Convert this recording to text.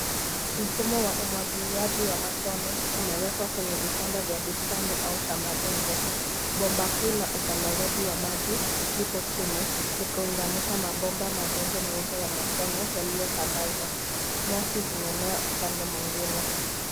Mfumo wa umwagiliaji wa matone umewekwa kwenye vitanda vya bustani au shamba ndogo. Bomba kuu la usambazaji wa maji, lipo chini likiunganisha mabomba madogo meupe ya matone, yaliyotandazwa. Nyasi zimemea upande mwingine.